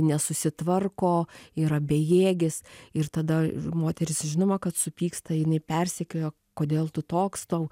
nesusitvarko yra bejėgis ir tada moteris žinoma kad supyksta jinai persekioja kodėl tu toks tau